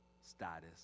status